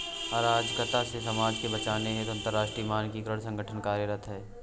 अराजकता से समाज को बचाने हेतु अंतरराष्ट्रीय मानकीकरण संगठन कार्यरत है